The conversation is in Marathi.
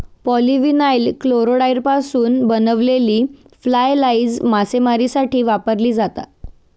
पॉलीविनाइल क्लोराईडपासून बनवलेली फ्लाय लाइन मासेमारीसाठी वापरली जाते